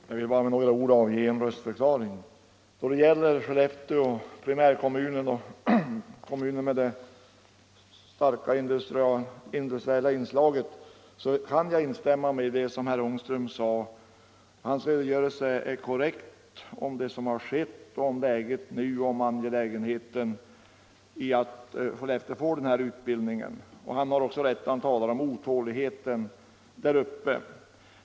Herr talman! Jag vill bara med några ord avge en röstförklaring. Då det gäller Skellefteå primärkommun med dess starka industriella inslag kan jag instämma i stort i vad herr Ångström sade. Hans redogörelse för vad som skett, för läget nu och för angelägenheten av att Skellefteå får denna utbildning var helt korrekt. Det var också rätt vad han sade om den otålighet som råder bland människorna där uppe.